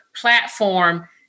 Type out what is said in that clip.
platform